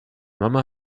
mama